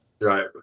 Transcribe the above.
Right